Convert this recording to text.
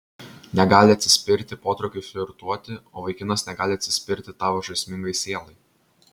negali atsispirti potraukiui flirtuoti o vaikinas negali atsispirti tavo žaismingai sielai